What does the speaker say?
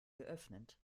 geöffnet